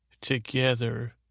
together